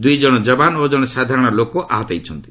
ଦୂଇ ଜଣ ଯବାନ ଓ କଣେ ସାଧାରଣ ଲୋକ ଆହତ ହୋଇଛନ୍ତି